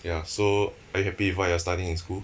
ya so are you happy with what you are studying in school